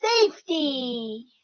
safety